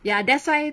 ya that's why